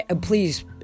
Please